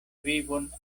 vivon